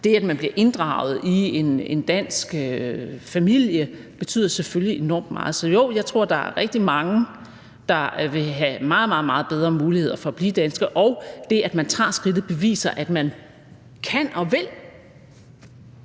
det, at man bliver inddraget i en dansk familie, selvfølgelig betyder enormt meget. Så jo, jeg tror, at der er rigtig mange, der vil have meget, meget bedre muligheder for at blive danske. Og det, at man tager skridtet, beviser, at man kan og vil